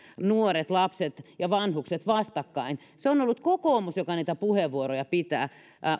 nuoret lapset ja vanhukset vastakkain se on ollut kokoomus joka niitä puheenvuoroja pitää